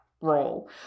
role